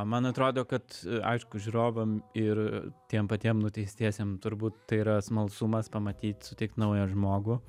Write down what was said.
man atrodo kad aišku žiūrovam ir tiem patiem nuteistiesiem turbūt tai yra smalsumas pamatyt sutikt naują žmogų